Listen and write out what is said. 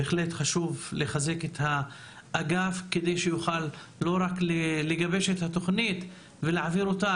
בהחלט חשוב לחזק את האגף כדי שיוכל לא רק לגבש את התוכנית ולהעביר אותה,